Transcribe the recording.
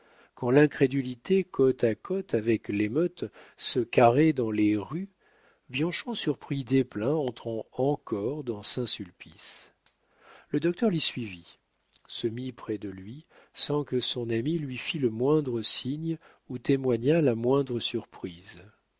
quand l'incrédulité côte à côte avec l'émeute se carrait dans les rues bianchon surprit desplein entrant encore dans saint-sulpice le docteur l'y suivit se mit près de lui sans que son ami lui fît le moindre signe ou témoignât la moindre surprise